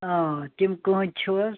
آ تِم کٔہنٛدۍ چھُو حظ